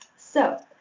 so,